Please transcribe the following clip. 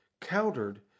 countered